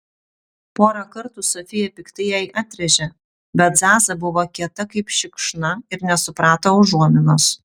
porą kartų sofija piktai jai atrėžė bet zaza buvo kieta kaip šikšna ir nesuprato užuominos